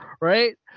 Right